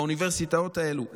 באוניברסיטאות האלו.